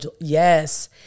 Yes